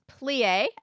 plie